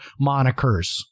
monikers